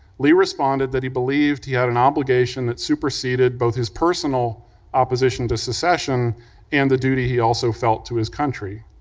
lee responded that he believed he had an obligation that superseded both his personal opposition to secession and the duty he also felt to his country.